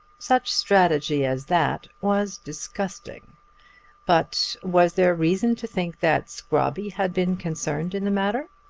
such strategy as that was disgusting but was there reason to think that scrobby had been concerned in the matter?